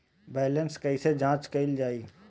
Balance कइसे जांच कइल जाइ?